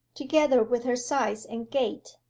together with her size and gait,